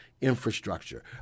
infrastructure